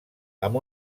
amb